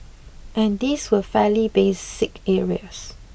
and these were fairly basic areas